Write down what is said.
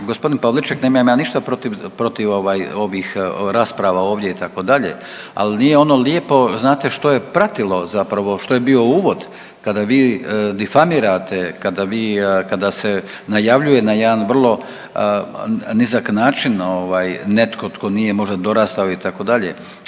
gospodin Pavliček nemam ja ništa protiv ovaj rasprava ovdje itd., ali ono lijepo znate što je pratilo zapravo, što je bio uvod kada vi difamirate, kada vi, kada se najavljuje na jedan vrlo nizak način ovaj netko tko nije možda dorastao itd.